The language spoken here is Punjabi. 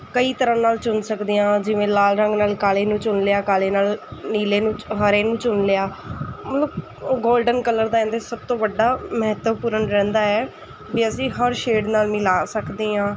ਕਈ ਤਰ੍ਹਾ ਨਾਲ ਚੁਣ ਸਕਦੇ ਹਾਂ ਜਿਵੇਂ ਲਾਲ ਰੰਗ ਨਾਲ ਕਾਲੇ ਨੂੰ ਚੁਣ ਲਿਆ ਕਾਲੇ ਨਾਲ ਨੀਲੇ ਨੂੰ ਹਰੇ ਨੂੰ ਚੁਣ ਲਿਆ ਮਤਲਬ ਉਹ ਗੋਲਡਨ ਕਲਰ ਦਾ ਇਹਦੇ ਸਭ ਤੋਂ ਵੱਡਾ ਮਹੱਤਵਪੂਰਨ ਰਹਿੰਦਾ ਹੈ ਵੀ ਅਸੀਂ ਹਰ ਸ਼ੇਡ ਨਾਲ ਮਿਲਾ ਸਕਦੇ ਹਾਂ